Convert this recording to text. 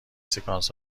سکانس